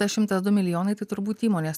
tas šimtas du milijonai tai turbūt įmonės